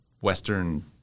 Western